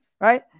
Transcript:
right